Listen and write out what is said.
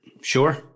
Sure